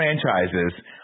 franchises